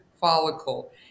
follicle